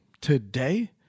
today